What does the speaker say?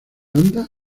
anda